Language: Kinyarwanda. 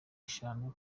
eshanu